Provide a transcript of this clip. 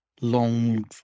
long